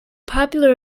popular